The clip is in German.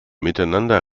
miteinander